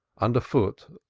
underfoot,